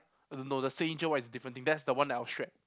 no the is different thing that's the one that I would shred